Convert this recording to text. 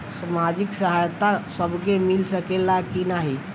सामाजिक सहायता सबके मिल सकेला की नाहीं?